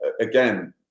again